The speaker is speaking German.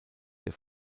der